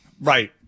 Right